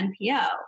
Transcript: NPO